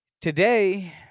Today